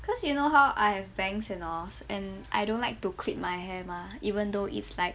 cause you know how I have bangs and all and I don't like to clip my hair mah even though it's like